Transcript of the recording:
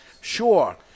Sure